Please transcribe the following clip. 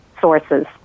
sources